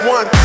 One